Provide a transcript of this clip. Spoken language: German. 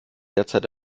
derzeit